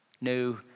no